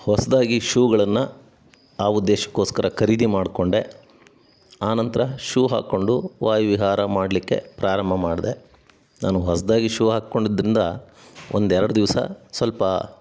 ಹೊಸದಾಗಿ ಶೂಗಳನ್ನು ಆ ಉದ್ದೇಶಕ್ಕೋಸ್ಕರ ಖರೀದಿ ಮಾಡಿಕೊಂಡೆ ಆನಂತರ ಶೂ ಹಾಕಿಕೊಂಡು ವಾಯುವಿಹಾರ ಮಾಡಲಿಕ್ಕೆ ಪ್ರಾರಂಭ ಮಾಡಿದೆ ನಾನು ಹೊಸದಾಗಿ ಶೂ ಹಾಕಿಕೊಂಡಿದ್ರಿಂದ ಒಂದು ಎರಡು ದಿವಸ ಸ್ವಲ್ಪ